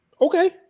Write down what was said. Okay